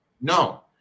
No